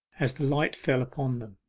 as the light fell upon them.